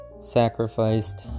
sacrificed